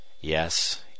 Yes